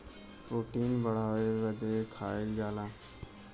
protein बढ़ावे बदे खाएल जाला